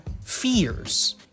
fears